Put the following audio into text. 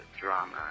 drama